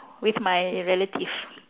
with my relative